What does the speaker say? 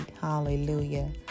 Hallelujah